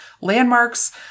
landmarks